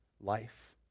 life